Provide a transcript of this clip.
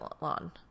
lawn